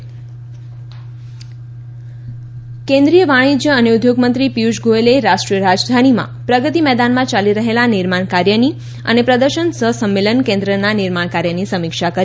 પિયુષ ગોયલ કેન્દ્રિય વાણિજ્ય અને ઉદ્યોગ મંત્રી પિયુષ ગોયલે રાષ્ટ્રીય રાજધાનીમાં પ્રગતિ મેદાનમાં ચાલી રહેલા નિર્માણ કાર્યની અને પ્રદર્શન સહ સંમેલન કેન્દ્રના નિર્માણ કાર્યની સમીક્ષા કરી